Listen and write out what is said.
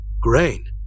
Grain